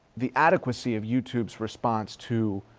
the adequacy of youtube's response to